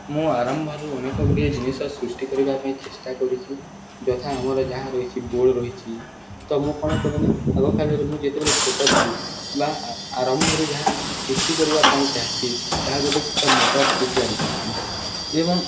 ମୁଁ ଆରମ୍ଭରୁ ଅନେକ ଗୁଡ଼ିଏ ଜିନିଷ ସୃଷ୍ଟି କରିବା ପାଇଁ ଚେଷ୍ଟା କରିଛି ଯଥା ଆମର ଯାହା ରହିଛି ବୋର୍ଡ଼୍ ରହିଛିି ତ ମୁଁ କ'ଣ କରେନା ଆଗକାଳରେ ମୁଁ ଯେତେବେଳେ ଛୋଟ ଥିଲି ବା ଆରମ୍ଭରୁ ଯାହା ସୃଷ୍ଟି କରିବା ପାଇଁ ଚାହିଁଛିି ତାହା ଗୋଟେ ଛୋଟ ମଟର୍ଟି ତିଆରି କରିଥିଲି ଏବଂ